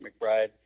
McBride